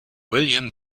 william